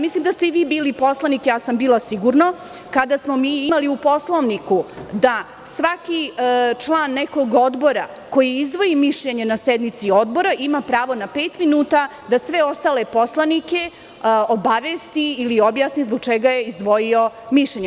Mislim da ste i vi bili poslanik, ja sam bila sigurno, kada smo mi imali u Poslovniku da svaki član nekog odbora, koji izdvoji mišljenje na nekoj sednici odbora, ima pravo na pet minuta, da sve ostale poslanike obavesti ili objasni zbog čega je izdvojio mišljenje.